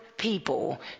people